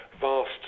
vast